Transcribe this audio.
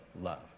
love